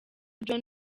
john